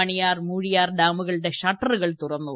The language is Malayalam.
മണിയാർ മൂഴിയാർ ഡാമുകളുടെ ഷട്ടറുകൾ തുറന്നു